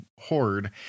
horde